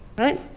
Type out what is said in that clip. right?